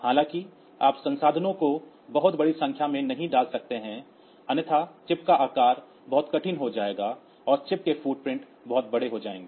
हालाँकि आप संसाधनों को बहुत बड़ी संख्या में नहीं डाल सकते हैं अन्यथा चिप का आकार बहुत कठिन हो जाएगा और चिप के फुटप्रिंट बहुत बड़े हो जाएंगे